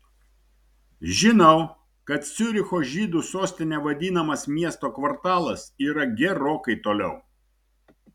žinau kad ciuricho žydų sostine vadinamas miesto kvartalas yra gerokai toliau